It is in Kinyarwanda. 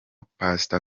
pastor